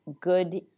good